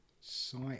Site